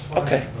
okay